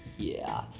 yeah.